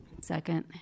Second